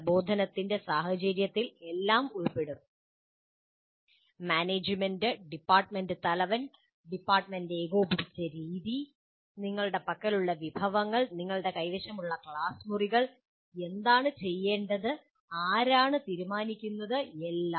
പ്രബോധന സാഹചര്യത്തിൽ എല്ലാം ഉൾപ്പെടും മാനേജുമെന്റ് ഡിപ്പാർട്ട്മെന്റ് തലവൻ ഡിപ്പാർട്ട്മെന്റ് ഏകോപിപ്പിച്ച രീതി നിങ്ങളുടെ പക്കലുള്ള വിഭവങ്ങൾ നിങ്ങളുടെ കൈവശമുള്ള ക്ലാസ് മുറികൾ എന്താണ് ചെയ്യേണ്ടതെന്ന് ആരാണ് തീരുമാനിക്കുന്നത് എല്ലാം